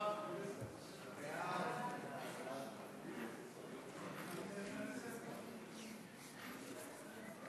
ההצעה להעביר את הצעת חוק הפסיכולוגים (תיקון,